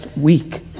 week